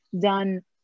done